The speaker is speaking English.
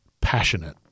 passionate